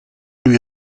lui